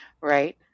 right